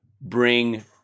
bring